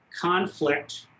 conflict